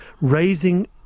raising